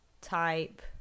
type